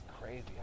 crazy